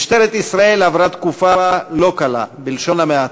משטרת ישראל עברה תקופה לא קלה, בלשון המעטה,